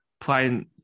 playing